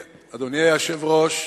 היושב-ראש,